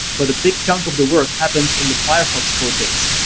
but a big chunk of the work happens in the firefox code base.